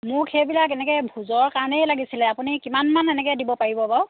মোক সেইবিলাক এনেকৈ ভোজৰ কাৰণেই লাগিছিলে আপুনি কিমানমান এনেকৈ দিব পাৰিব বাৰু